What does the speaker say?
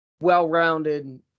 well-rounded